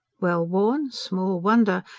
well worn? small wonder!